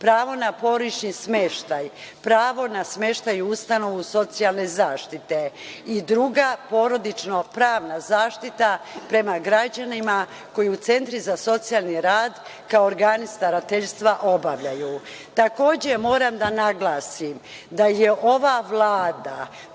pravo na smeštaj, pravo na smeštaj u ustanovu socijalne zaštite i druga porodično-pravna zaštita prema građanima koji u Centru za socijalni rad kao organi starateljstva obavljaju. Takođe, moram da naglasim da je ova Vlada